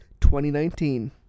2019